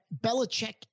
Belichick